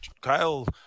Kyle